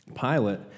Pilate